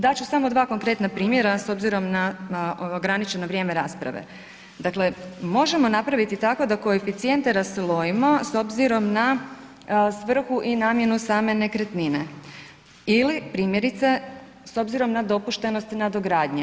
Dat ću samo dva konkretna primjera s obzirom na ograničeno vrijeme rasprave, dakle možemo napraviti tako da koeficijente raslojimo s obzirom na svrhu i namjenu same nekretnine ili primjerice s obzirom na dopuštenosti nadogradnje.